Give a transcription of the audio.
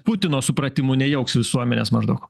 putino supratimu nejauks visuomenės maždaug